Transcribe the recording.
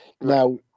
Now